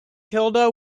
kilda